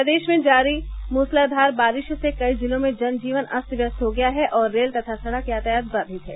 प्रदेश में जारी मुसलाधार बारिश से कई जिलों में जन जीवन अस्त व्यस्त हो गया है और रेल तथा सड़क यातायात बाधित है